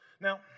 Now